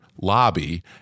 lobby